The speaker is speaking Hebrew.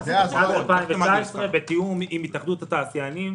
בתיאום עם התאחדות התעשיינים.